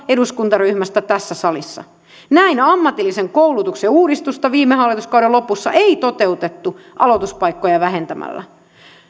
eduskuntaryhmästä tässä salissa näin ammatillisen koulutuksen uudistusta viime hallituskauden lopussa ei toteutettu aloituspaikkoja vähentämällä